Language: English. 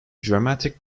dramatic